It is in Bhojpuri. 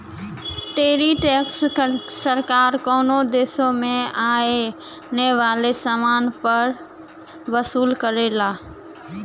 टैरिफ टैक्स सरकार कउनो देश में आये वाले समान पर वसूल करला